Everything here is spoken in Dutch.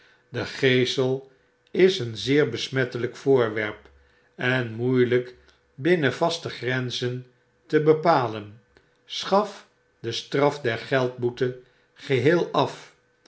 de geesel is een zeer besmettelijk voorwerp en moeilyk binnen vaste grenzen te bepalen schaf de straf der geldboete geheel af